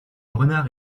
renard